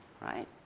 right